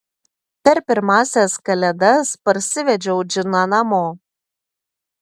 per pirmąsias kalėdas parsivedžiau džiną namo